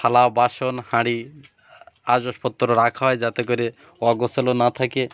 থালা বাসন হাঁড়ি তৈজসপত্র রাখা হয় যাতে করে অগসলো না থাকে